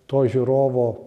to žiūrovo